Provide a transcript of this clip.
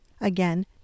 Again